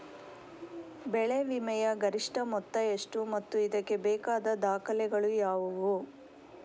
ಬೆಳೆ ವಿಮೆಯ ಗರಿಷ್ಠ ಮೊತ್ತ ಎಷ್ಟು ಮತ್ತು ಇದಕ್ಕೆ ಬೇಕಾದ ದಾಖಲೆಗಳು ಯಾವುವು?